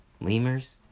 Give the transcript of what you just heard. Lemurs